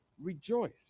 rejoice